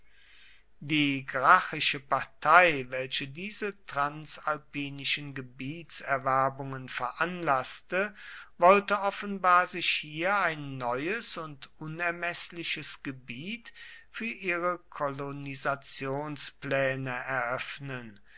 die gracchische partei welche diese transalpinischen gebietserwerbungen veranlaßte wollte offenbar sich hier ein neues und unermeßliches gebiet für ihre kolonisationspläne eröffnen